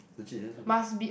legit that's what the